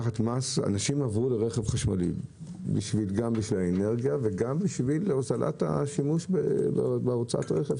אנשים עברו לרכב חשמלי בשביל האנרגיה ובשביל הוזלת השימוש בהוצאות הרכב,